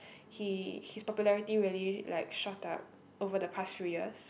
he his popularity really like shot up over the past few years